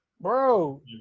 Bro